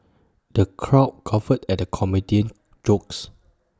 the crowd guffawed at the comedian's jokes